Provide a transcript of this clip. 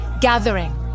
gathering